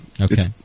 Okay